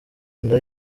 nda